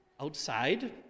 Outside